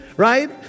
right